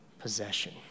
possession